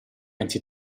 enti